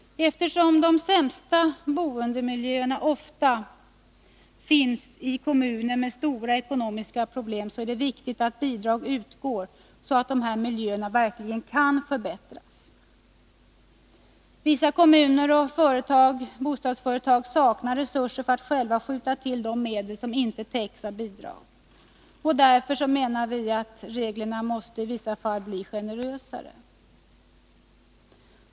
Eftersom de sämsta boendemiljöerna ofta finns i kommuner med stora ekonomiska problem är det viktigt att bidrag utgår, så att dessa miljöer verkligen kan förbättras. Vissa kommuner och bostadsföretag saknar resurser att själva skjuta till de medel som inte täcks av bidrag. Där måste reglerna i vissa fall bli generösare.